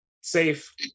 safe